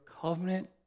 covenant